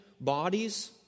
bodies